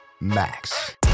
Max